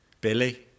Billy